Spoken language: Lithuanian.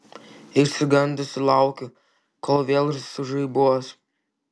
išsigandusi laukiu kol vėl sužaibuos